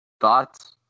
thoughts